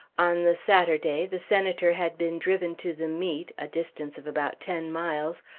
on the saturday the senator had been driven to the meet, a distance of about ten miles,